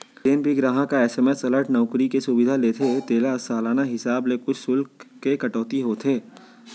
जेन भी गराहक ह एस.एम.एस अलर्ट नउकरी के सुबिधा लेथे तेला सालाना हिसाब ले कुछ सुल्क के कटौती होथे